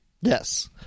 Yes